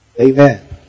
Amen